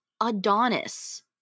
Adonis